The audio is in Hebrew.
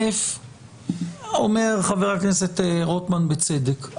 אומר חבר הכנסת רוטמן בצדק,